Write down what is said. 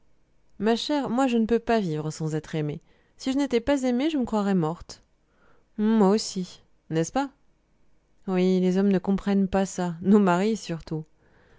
ma chère moi je ne peux pas vivre sans être aimée si je n'étais pas aimée je me croirais morte moi aussi n'est-ce pas oui les hommes ne comprennent pas ça nos maris surtout